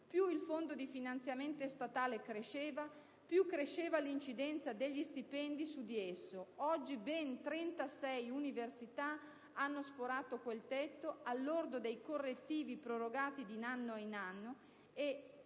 più il Fondo di finanziamento ordinario statale cresceva, più cresceva l'incidenza degli stipendi su di esso. Oggi ben 36 università hanno sforato quel tetto al lordo dei correttivi prorogati di anno in anno e